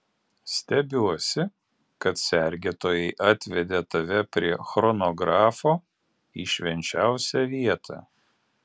stebiuosi kad sergėtojai atvedė tave prie chronografo į švenčiausią vietą